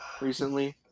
recently